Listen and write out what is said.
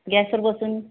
गॅसवर बसून